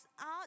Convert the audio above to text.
out